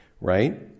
right